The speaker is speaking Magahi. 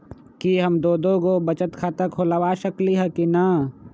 कि हम दो दो गो बचत खाता खोलबा सकली ह की न?